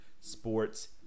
sports